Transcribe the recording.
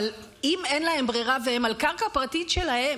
אבל אם אין להם ברירה והם, על קרקע פרטית שלהם,